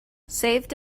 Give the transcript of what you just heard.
saved